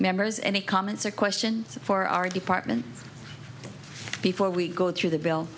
members any comments or questions for our department before we go through the b